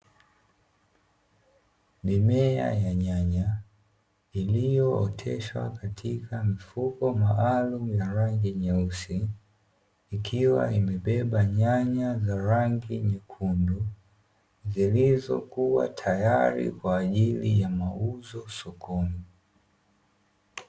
Mimea ya nyanya iliyooteshwa katika mfuko maalumu wa rangi nyeusi, ikiwa imebeba nyanya za rangi nyekundu zilizokuwa tayari kwa ajili ya mauzo sokoni.